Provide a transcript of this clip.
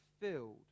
filled